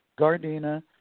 Gardena